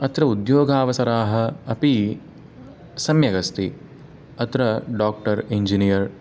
अत्र उद्योगावसराः अपि सम्यगस्ति अत्र डाक्टर् इञ्जिनियर्